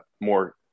more